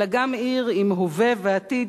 אלא גם עיר עם הווה ועתיד,